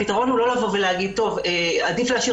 הפתרון הוא לא לבוא ולומר שעדיף להשאיר